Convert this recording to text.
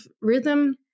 rhythm